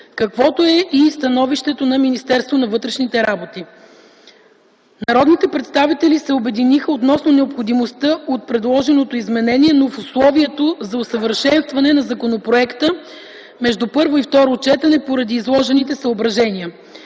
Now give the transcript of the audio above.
каквото е и становището на Министерството на вътрешните работи. Народните представители се обединиха относно необходимостта от предложеното изменение, но с условието за усъвършенстване на законопроекта между първо и второ четене поради изложените съображения.